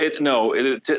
no